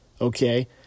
okay